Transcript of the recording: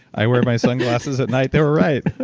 i wear my sunglasses at night. they were right